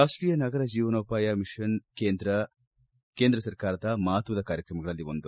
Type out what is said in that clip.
ರಾಷ್ಷೀಯ ನಗರ ಜೀವನೋಪಾಯ ವಿಷನ್ ಕೇಂದ್ರ ಸರ್ಕಾರದ ಮಹತ್ವದ ಕಾರ್ಯಕ್ರಮಗಳಲ್ಲಿ ಒಂದು